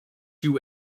you